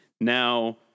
Now